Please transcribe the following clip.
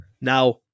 now